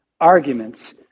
arguments